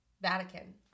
vatican